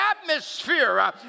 atmosphere